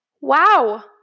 wow